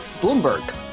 Bloomberg